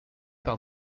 par